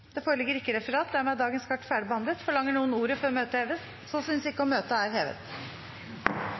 Det foreligger ikke noe referat. Dermed er dagens kart ferdigbehandlet. Forlanger noen ordet før møtet heves? – Møtet er hevet.